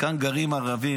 כאן גרים ערבים,